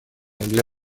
для